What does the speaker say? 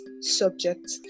subject